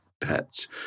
pets